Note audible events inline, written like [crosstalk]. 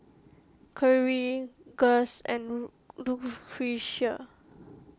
Khiry Gust and [unintelligible] Lucretia